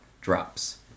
drops